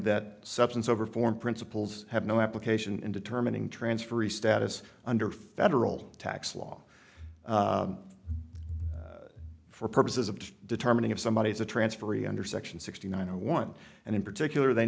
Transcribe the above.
that substance over form principles have no application in determining transferee status under federal tax law for purposes of determining if somebody is a transferee under section sixty nine zero one and in particular they